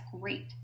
great